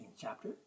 chapter